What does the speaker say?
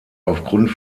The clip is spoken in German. aufgrund